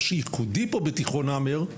מה שייחודי פה בתיכון המר,